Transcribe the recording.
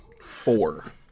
Four